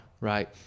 right